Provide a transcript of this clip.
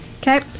Okay